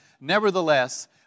Nevertheless